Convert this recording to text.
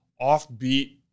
offbeat